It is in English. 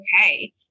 okay